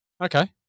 Okay